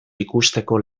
ikusteko